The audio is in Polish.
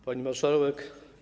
Pani Marszałek!